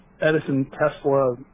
Edison-Tesla